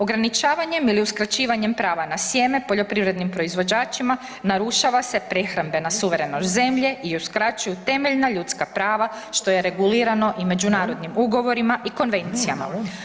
Ograničavanjem ili uskraćivanjem prava na sjeme poljoprivrednim proizvođačima narušava se prehrambena suverenost zemlje i uskraćuju temeljna ljudska prava, što je regulirano i međunarodnim ugovorima i konvencijama.